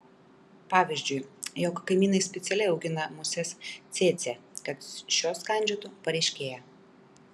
pavyzdžiui jog kaimynai specialiai augina muses cėcė kad šios kandžiotų pareiškėją